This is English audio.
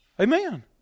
Amen